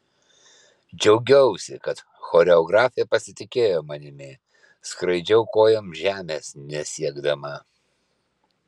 džiaugiausi kad choreografė pasitikėjo manimi skraidžiau kojom žemės nesiekdama